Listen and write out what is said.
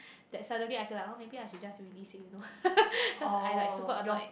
that suddenly I feel like oh maybe I should just release him you know cause I like super annoyed